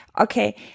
okay